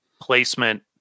placement